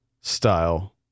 style